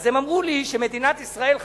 אז הם אמרו לי שמדינת ישראל חתומה.